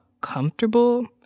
comfortable